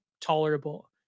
tolerable